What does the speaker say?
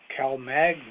CalMag